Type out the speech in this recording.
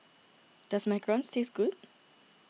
does Macarons taste good